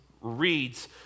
reads